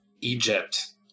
Egypt